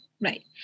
right